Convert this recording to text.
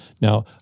Now